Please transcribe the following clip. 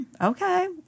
Okay